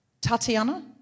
Tatiana